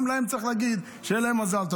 גם להם צריך להגיד שיהיה להם מזל טוב,